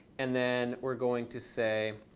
and then we're going to say,